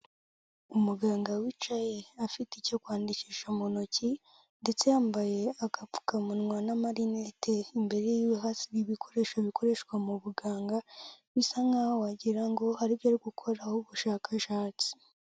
Umuganga wicaye afite icyo kwandikisha mu ntoki ndetse yambaye agapfukamunwa n' amarinete imbere yiwe hasi n'ibikoresho bikoreshwa mu buganga bisa nkaho wagirango hari ibyo gukoraho ubushakashatsi.